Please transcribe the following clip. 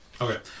Okay